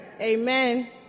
Amen